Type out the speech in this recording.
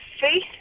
faith